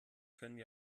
könnten